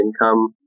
income